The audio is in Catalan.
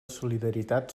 solidaritat